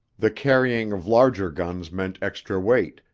the carrying of larger guns meant extra weight,